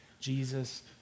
Jesus